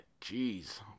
Jeez